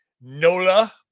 Nola